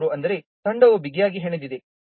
83 ಆದರೆ ತಂಡವು ಬಿಗಿಯಾಗಿ ಹೆಣೆದಿದೆ